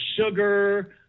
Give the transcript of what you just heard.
sugar